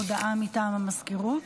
הודעה מטעם המזכירות.